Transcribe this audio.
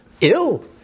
Ill